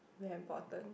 very important